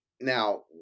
now